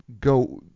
go